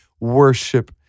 worship